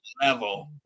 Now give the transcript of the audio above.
level